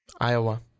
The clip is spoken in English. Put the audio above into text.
Iowa